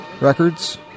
Records